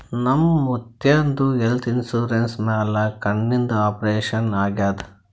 ನಮ್ ಮುತ್ಯಾಂದ್ health insurance ಮ್ಯಾಲ ಕಣ್ಣಿಂದ್ ಆಪರೇಷನ್ ಆಗ್ಯಾದ್